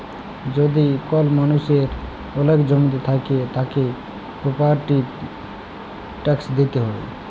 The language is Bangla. যদি কল মালুষের ওলেক জমি থাক্যে, তাকে প্রপার্টির ট্যাক্স দিতে হ্যয়